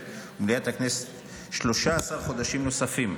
ומליאת הכנסת ב-13 חודשים נוספים,